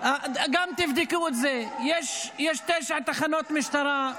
תבדקו את זה: יש תשע תחנות משטרה.